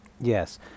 Yes